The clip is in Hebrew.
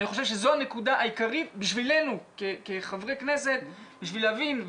ואני חושב שזו הנקודה העיקרית בשבילנו כחברי כנסת בשביל להבין,